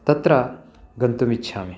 तत्र गन्तुमिच्छामि